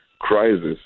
crisis